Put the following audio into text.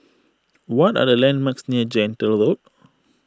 what are the landmarks near Gentle Road